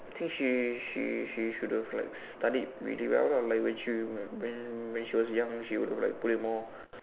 I think she she she should have studied really well lah like when she when when she was young she would like put in more